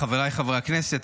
חבריי חברי הכנסת,